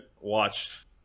watch